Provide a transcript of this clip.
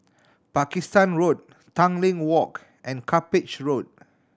Pakistan Road Tanglin Walk and Cuppage Road